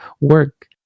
work